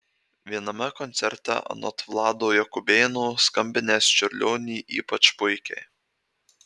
viename koncerte anot vlado jakubėno skambinęs čiurlionį ypač puikiai